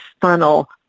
funnel